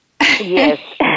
Yes